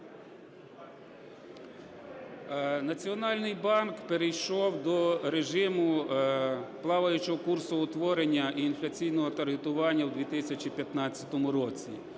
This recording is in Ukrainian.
Національний банк перейшов до режиму плаваючого курсоутворення і інфляційного таргетування в 2015 році.